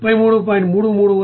ఇక్కడ మేము R 33